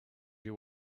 you